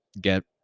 get